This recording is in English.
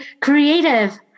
creative